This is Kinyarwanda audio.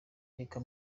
reka